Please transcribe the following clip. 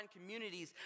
communities